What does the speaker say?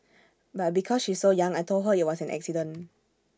but because she's so young I Told her IT was an accident